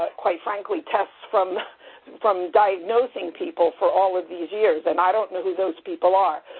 quite frankly, tests from from diagnosing people for all of these years. and i don't know who those people are.